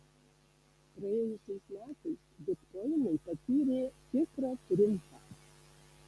praėjusiais metais bitkoinai patyrė tikrą triumfą